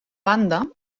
banda